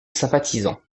sympathisants